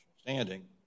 standing